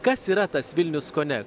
kas yra tas vilnius kone